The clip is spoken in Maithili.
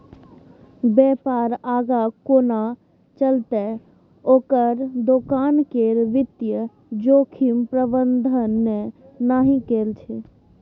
बेपार आगाँ कोना चलतै ओकर दोकान केर वित्तीय जोखिम प्रबंधने नहि कएल छै